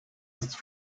ist